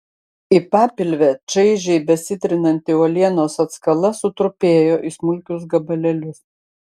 į papilvę čaižiai besitrinanti uolienos atskala sutrupėjo į smulkius gabalėlius